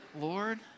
Lord